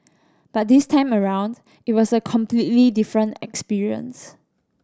but this time around it was a completely different experience